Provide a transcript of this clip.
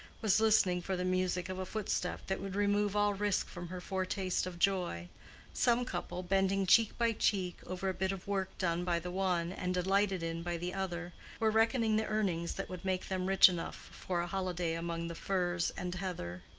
was listening for the music of a footstep that would remove all risk from her foretaste of joy some couple, bending cheek by cheek, over a bit of work done by the one and delighted in by the other, were reckoning the earnings that would make them rich enough for a holiday among the furze and heather.